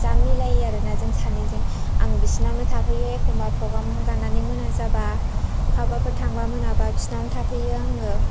जा मिलायो आरो ना जों सानैजों आं बिसिनावनो थाहैयो एखम्बा प्रग्राम गानानै मोना जाबा बाहाबाफोर थांबा मोनाबा बिसिनावनो थाफैयो आङो